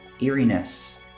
eeriness